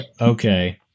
okay